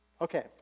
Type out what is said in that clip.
Okay